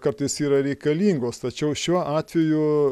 kartais yra reikalingos tačiau šiuo atveju